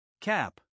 Cap